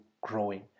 growing